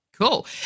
Cool